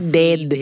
dead